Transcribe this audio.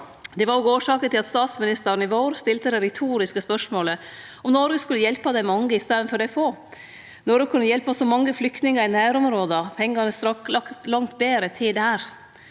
Det var òg årsaka til at statsministeren i vår stilte det retoriske spørsmålet om Noreg skulle hjelpe dei mange i staden for dei få. Noreg kunne hjelpe så mange flyktningar i nærområda, pengane strakk langt betre til der.